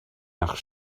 nach